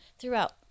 throughout